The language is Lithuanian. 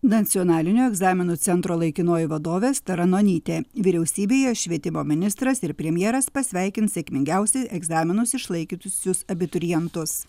nacionalinio egzaminų centro laikinoji vadovė asta ranonytė vyriausybėje švietimo ministras ir premjeras pasveikins sėkmingiausiai egzaminus išlaikiusius abiturientus